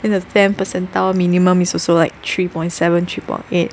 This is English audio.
then the tenth percentile minimum is also like three point seven three point eight